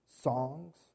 songs